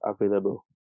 available